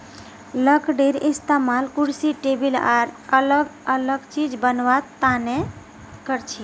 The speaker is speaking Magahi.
लकडीर इस्तेमाल कुर्सी टेबुल आर अलग अलग चिज बनावा तने करछी